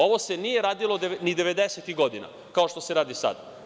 Ovo se nije radilo ni 90-ih godina, kao što se radi sada.